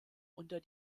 unter